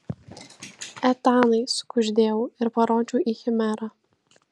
etanai sukuždėjau ir parodžiau į chimerą